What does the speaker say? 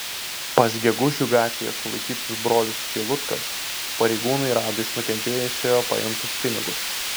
pas gegužių gatvėje sulaikytus brolius čeilutkas pareigūnai rado iš nukentėjusiojo paimtus pinigus